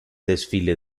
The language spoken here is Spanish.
desfile